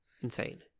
insane